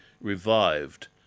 revived